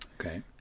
Okay